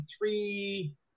three